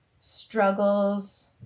struggles